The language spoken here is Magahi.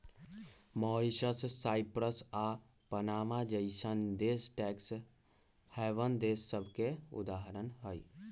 मॉरीशस, साइप्रस आऽ पनामा जइसन्न देश टैक्स हैवन देश सभके उदाहरण हइ